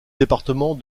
département